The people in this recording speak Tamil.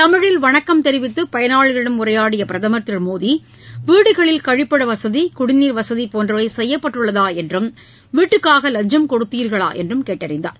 தமிழில் வணக்கம் தெரிவித்து பயனாளிகளிடம் உரையாடிய பிரதமர் திரு மோடி வீடுகளில் கழிப்பிட வசதி குடிநீர்வசதி போன்றவை செய்யப்பட்டுள்ளதாக என்றும் வீட்டுக்காக லஞ்சம் கொடுத்தீர்களா என்றும் கேட்டறிந்தார்